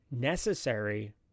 necessary